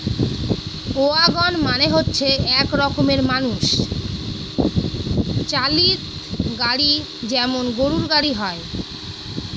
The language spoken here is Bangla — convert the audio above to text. ওয়াগন মানে হচ্ছে এক রকমের মানুষ চালিত গাড়ি যেমন গরুর গাড়ি হয়